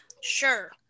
Sure